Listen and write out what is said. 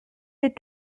des